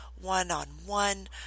one-on-one